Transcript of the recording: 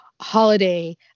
holiday